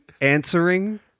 answering